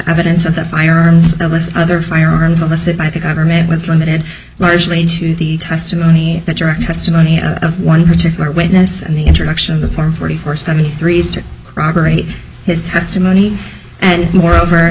evidence of the firearms other firearms of the sit by the government was limited largely to the testimony that direct testimony of one particular witness and the introduction of the form forty four seventy three robbery his testimony and moreover